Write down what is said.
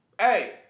Hey